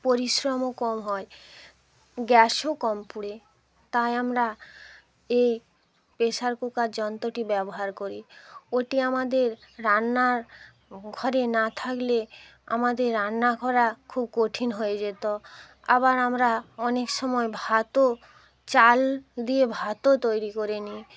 পরিশ্রমও কম হয় গ্যাসও কম পুড়ে তাই আমরা এই প্রেশার কুকার যন্ত্রটি ব্যবহার করি ওটি আমাদের রান্নার ঘরে না থাকলে আমাদের রান্না করা খুব কঠিন হয়ে যেত আবার আমরা অনেক সময় ভাতও চাল দিয়ে ভাতও তৈরি করে নিই